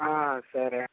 సరే అండి